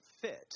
fit